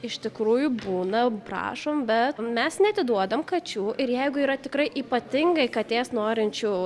iš tikrųjų būna prašom bet mes neatiduodam kačių ir jeigu yra tikrai ypatingai katės norinčių